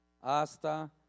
hasta